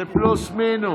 זה פלוס מינוס.